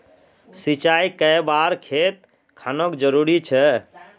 सिंचाई कै बार खेत खानोक जरुरी छै?